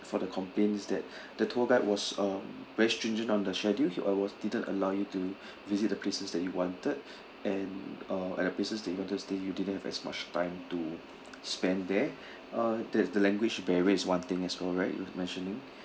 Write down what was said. for the complaints that the tour guide was uh very stringent on the schedule he uh was didn't allow you to visit the places that you wanted and uh at the places that you wanted to stay you didn't have as much time to spend there uh there's the language barrier is one thing as well right you were mentioning